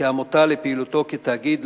כעמותה לפעילותו כתאגיד.